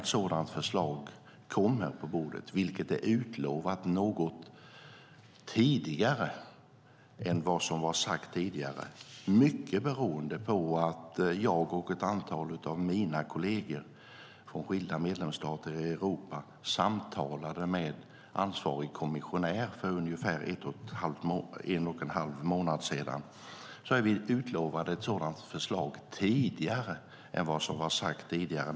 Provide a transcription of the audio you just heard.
Ett sådant förslag är utlovat något tidigare än vad som var sagt. Mycket beroende på att jag och ett antal av mina kolleger från skilda medlemsstater i Europa samtalade med ansvarig kommissionär för ungefär en och en halv månad sedan är vi utlovade ett sådant förslag tidigare än vad som var sagt.